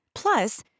Plus